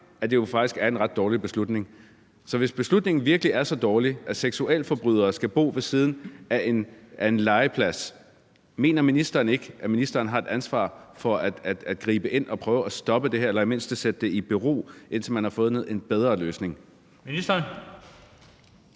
at det er en ret dårlig beslutning. Så hvis beslutningen virkelig er så dårlig, altså at seksualforbrydere skal bo ved siden af en legeplads, mener ministeren så ikke, at ministeren har et ansvar for at gribe ind og prøve at stoppe det her eller i det mindste sætte det i bero, indtil man har fundet en bedre løsning? Kl.